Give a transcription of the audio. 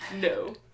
No